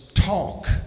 talk